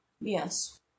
Yes